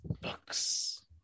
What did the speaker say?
books